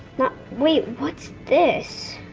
not wait, what's this?